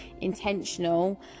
intentional